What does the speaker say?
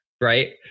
right